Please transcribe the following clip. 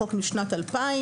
חוק משנת 2000,